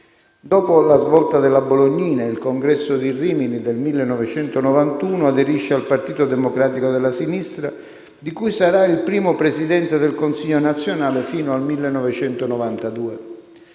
Dopo la svolta della Bolognina, il congresso di Rimini del 1991, aderisce al Partito Democratico della sinistra, di cui sarà il primo presidente del Consiglio nazionale fine al 1992.